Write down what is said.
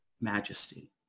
majesty